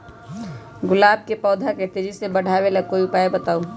गुलाब के पौधा के तेजी से बढ़ावे ला कोई उपाये बताउ?